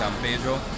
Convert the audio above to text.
Pedro